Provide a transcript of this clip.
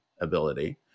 ability